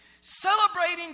Celebrating